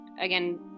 again